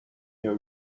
your